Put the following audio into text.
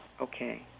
okay